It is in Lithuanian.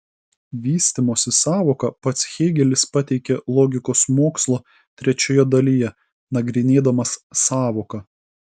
vystymosi sąvoką pats hėgelis pateikė logikos mokslo trečioje dalyje nagrinėdamas sąvoką